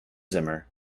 zimmer